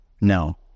No